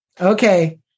Okay